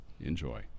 Enjoy